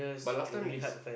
but last time is